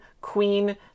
queen